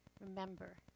remember